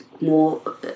more